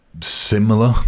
similar